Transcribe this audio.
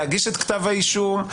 להגיש את כתב האישום,